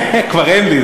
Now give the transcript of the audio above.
כבר אין לי,